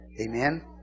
Amen